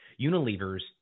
Unilever's